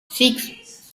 six